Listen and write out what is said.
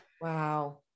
Wow